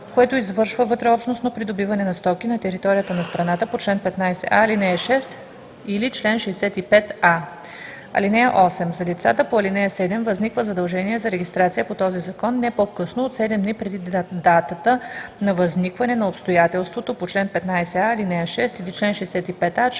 което извършва вътреобщностно придобиване на стоки на територията на страната по чл. 15а, ал. 6 или чл. 65а. (8) За лицата по ал. 7 възниква задължение за регистрация по този закон не по-късно от 7 дни преди датата на възникване на обстоятелство по чл. 15а, ал. 6 или чл. 65а чрез